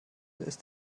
ist